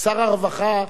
שר הרווחה,